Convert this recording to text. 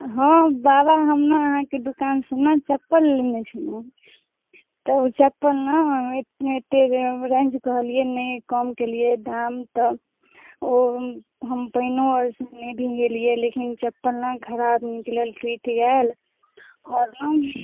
हँ बाबा हम ने अहाँके दोकानसँ ने चप्पल लेने छलहुँ तऽ ओ चप्पल ने एतेक रेन्ज कहलिए नहि कम केलिए दाम तऽ ओ हम पानिओ आओर नहि भिगेलिए लेकिन चप्पल ने खराब निकलल टुटि गेल आओर ने